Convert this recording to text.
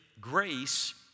grace